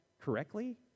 correctly